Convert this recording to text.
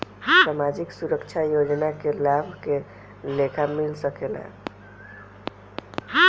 सामाजिक सुरक्षा योजना के लाभ के लेखा मिल सके ला?